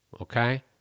okay